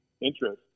interest